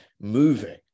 moving